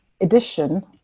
edition